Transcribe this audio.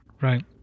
Right